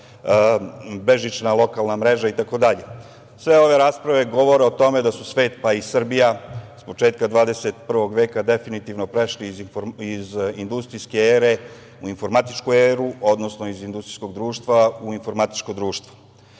bežična lokalna mreža, itd. Sve ove rasprave govore o tome da su svet, pa i Srbija, s početka 21. veka definitivno prešli iz industrijske ere u informatičku eru, odnosno iz industrijskog društva u informatičko društvo. Naime,